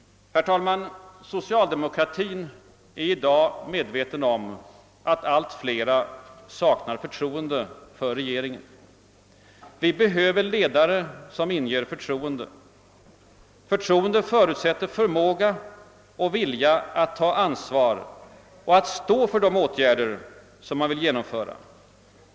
Socialdemokratin är i dag medveten om att allt fler saknar förtroende för regeringen. Vi behöver ledare som inger förtroende. Förtroende förutsätter förmåga och vilja att ta ansvar och att stå för de åtgärder man vill genomföra.